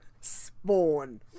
spawn